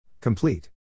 Complete